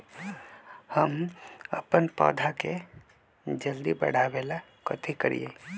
हम अपन पौधा के जल्दी बाढ़आवेला कथि करिए?